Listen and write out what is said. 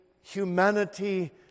humanity